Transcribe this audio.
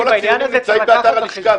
כל הנתונים נמצאים באתר הלשכה,